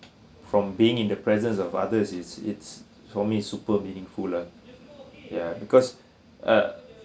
from being in the presence of others it's it's for me it's super meaningful lah ya because uh